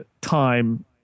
time